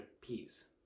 peace